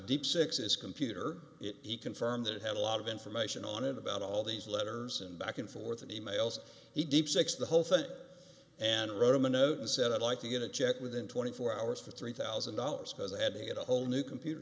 deep six is computer he confirmed that it had a lot of information on it about all these letters and back and forth e mails he deep six the whole thing and romano said i'd like to get a check within twenty four hours for three thousand dollars because i had to get a whole new computer